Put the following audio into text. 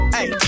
Hey